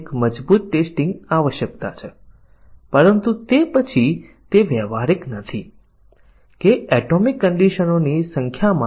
જો અહીં n મૂળભૂત શરતો હોય તો આપણને 2 n ની જરૂર પડે છે અને ટકા આવરી લેવા માટે સાચી કિમત લેતી બધી મૂળભૂત પરિસ્થિતિઓ ભાગ્યા 2 મૂળભૂત શરતોની સંખ્યા થશે